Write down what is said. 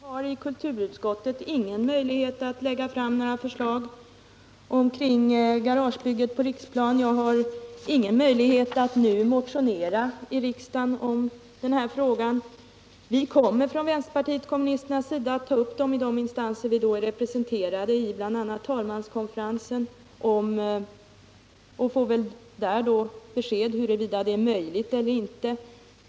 Herr talman! Jag har i kulturutskottet ingen möjlighet att lägga fram några förslag om garagebygget på Riksplan. Jag har ingen möjlighet att nu motionera i riksdagen om denna fråga. Vi kommer från vpk:s sida att ta upp frågan i de instanser där vi är representerade, bl.a. talmanskonferensen, och får väl där besked om huruvida det är möjligt eller inte.